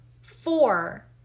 four